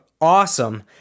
awesome